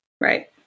Right